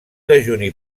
dejuni